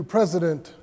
President